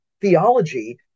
theology